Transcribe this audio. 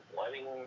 letting